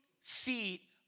feet